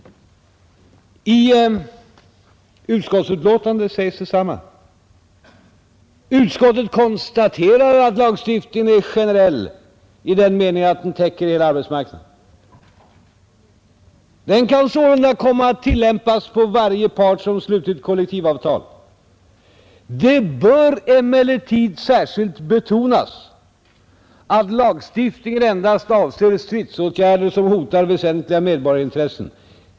I utskottsbetänkandet sägs detsamma: ”Utskottet konstaterar att den föreslagna lagen är generell i den meningen att den täcker hela arbetsmarknaden. Lagstiftningen kan alltså komma att tillämpas på varje part som slutit kollektivavtal. Det bör emellertid särskilt betonas att lagstiftningen endast avser stridsåtgärder som hotar väsentliga medborgarintressen.